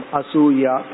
asuya